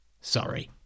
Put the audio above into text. Sorry